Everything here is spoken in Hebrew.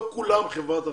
לא כולם חברת החשמל.